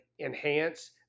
enhance